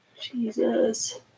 Jesus